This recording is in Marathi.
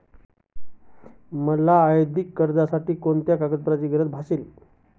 मला औद्योगिक कर्जासाठी कोणत्या कागदपत्रांची गरज भासेल?